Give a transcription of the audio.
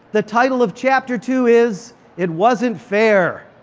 the title of chapter two is it wasn't fair.